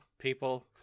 people